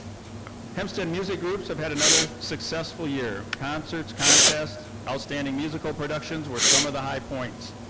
hempstead music groups have had another successful year. concerts, contests, outstanding musical productions were some of the high points.